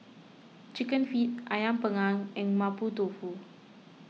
Chicken Feet Ayam Panggang and Mapo Tofu